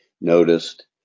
noticed